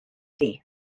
ddi